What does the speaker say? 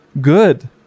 good